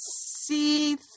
see